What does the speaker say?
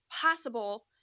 possible